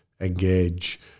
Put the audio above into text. engage